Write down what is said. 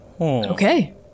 okay